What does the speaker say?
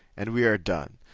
and we are done.